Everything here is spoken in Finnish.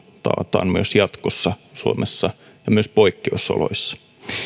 taataan myös jatkossa suomessa ja myös poikkeusoloissa